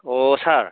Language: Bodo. अ सार